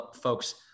folks